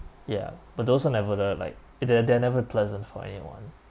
ya but those are never that like it they're they're never pleasant for anyone